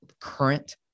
current